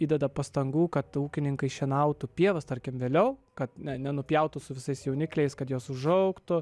įdeda pastangų kad ūkininkai šienautų pievas tarkim vėliau kad ne nenupjautų su visais jaunikliais kad jos užaugtų